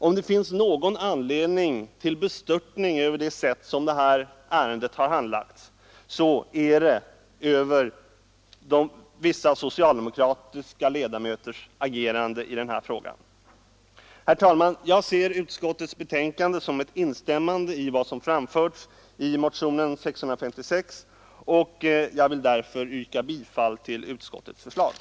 Om det finns någon anledning till bestörtning över det sätt på vilket det här ärendet har handlagts, så gäller den vissa socialdemokratiska ledamöters agerande i frågan. Herr talman! Jag ser utskottets betänkande som ett instämmande i vad som framförts i motionen 656. Jag vill därför yrka bifall till utskottets hemställan.